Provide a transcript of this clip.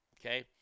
okay